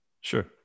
Sure